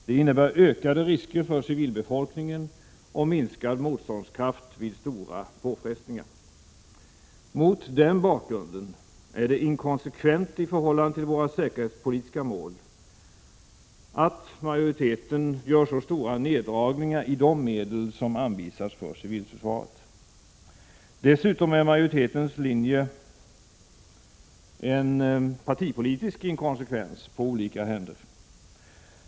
Det innebär ökade risker för civilbefolkningen och minskad motståndskraft vid stora påfrestningar. Mot den bakgrunden är det inkonsekvent i förhållande till våra säkerhetspolitiska mål att majoriteten gör så stora neddragningar i de medel som anvisas för civilförsvaret. Dessutom är majoritetens linje en partipolitisk inkonsekvens på olika händer.